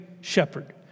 Shepherd